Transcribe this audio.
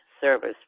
service